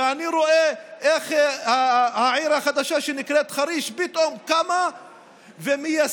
ואני רואה איך העיר החדשה שנקראת חריש פתאום קמה ומיישמת